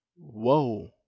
Whoa